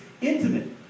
intimate